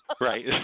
Right